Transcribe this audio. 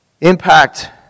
Impact